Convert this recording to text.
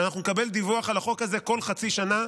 שאנחנו נקבל דיווח על החוק הזה כל חצי שנה.